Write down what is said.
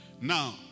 Now